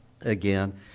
again